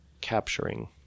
capturing